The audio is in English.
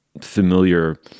familiar